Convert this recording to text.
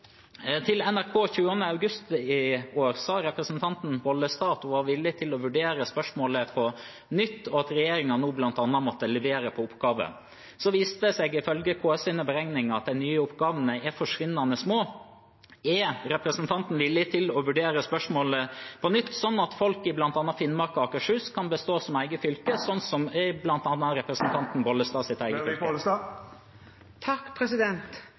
Til NRK 20. august i år sa representanten Bollestad at hun var villig til å vurdere spørsmålet på nytt, og at regjeringen nå bl.a. måtte levere når det gjaldt oppgaver. Så viste seg det seg – ifølge KS’ beregninger – at de nye oppgavene er forsvinnende små. Er representanten villig til å vurdere spørsmålet på nytt, slik at bl.a. Finnmark og Akershus kan bestå som egne fylker, slik som bl.a. representanten Bollestads eget fylke?